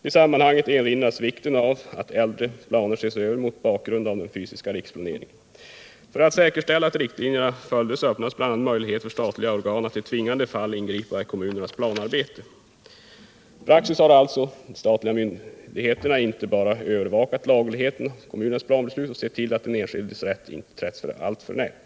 I sammanhanget erinrades om vikten av att äldre planer ses över mot bakgrund av den fysiska riksplaneringen. För att säkerställa att riktlinjerna följdes bereddes bl.a. möjlighet för statliga organ att i tvingande fall ingripa i kommunernas planarbete. I praxis har alltså de statliga myndigheterna inte bara övervakat lagligheten i kommunens planbeslut och sett till att den enskildes rätt inte trätts alltför nära.